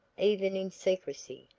even in secrecy,